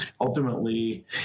Ultimately